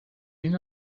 این